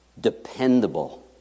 dependable